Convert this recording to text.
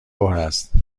است